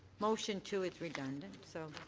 motion two is redundant so